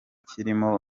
kirimo